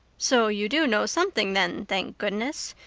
so you do know something then, thank goodness!